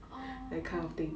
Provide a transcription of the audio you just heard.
orh